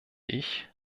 ich